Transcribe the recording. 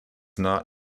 not